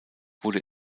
wurde